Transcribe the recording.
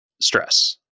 stress